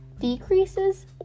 decreases